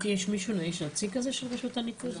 יש נציג של רשות הניקוז?